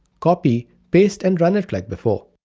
copy, paste and run it like before.